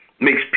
makes